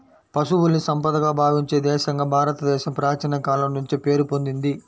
పశువుల్ని సంపదగా భావించే దేశంగా భారతదేశం ప్రాచీన కాలం నుంచే పేరు పొందింది